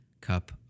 Cup